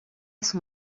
son